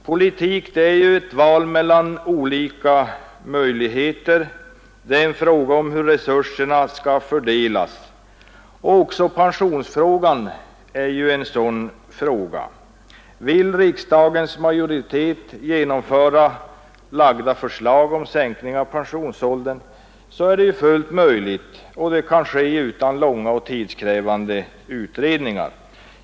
Politik är ett val mellan olika möjligheter, en fråga om hur resurserna skall fördelas. Också pensionsfrågan är en sådan fråga. Vill riksdagens majoritet genomföra framlagda förslag om sänkning av pensionsåldern är det fullt möjligt, och det kan göras utan långa och tidskrävande utredningar.